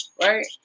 Right